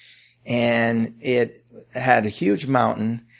and it had a huge mountain.